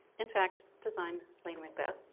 in fact, designed lady macbeth,